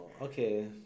Okay